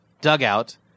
dugout